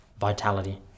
vitality